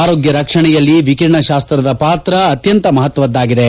ಆರೋಗ್ಯ ರಕ್ಷಣೆಯಲ್ಲಿ ವಿಕರಣಶಾಸ್ತದ ಪಾತ್ರ ಅತ್ಯಂತ ಮಹತ್ವದ್ದಾಗಿದೆ